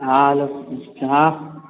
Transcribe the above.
हॅं हेल्लो हॅं